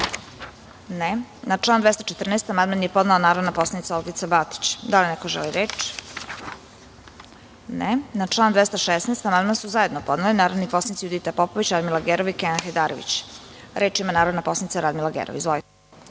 (Ne)Na član 214. amandman je podnela narodna poslanica Olgica Batić. Da li neko želi reč? (Ne)Na član 216. amandman su zajedno podneli narodni poslanici Judita Popović, Radmila Gerov i Kenan Hajdarević. Reč ima narodna poslanica Radmila Gerov.